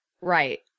Right